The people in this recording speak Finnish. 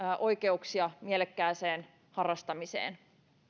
oikeuksia mielekkääseen harrastamiseen